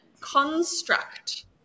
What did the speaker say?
construct